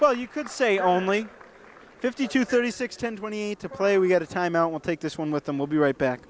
well you could say only fifty two thirty six ten twenty to play we get a timeout we'll take this one with them we'll be right back